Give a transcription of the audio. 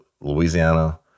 Louisiana